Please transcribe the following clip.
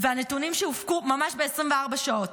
נתונים שהופקו ממש ב-24 שעות.